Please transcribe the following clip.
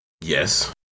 Yes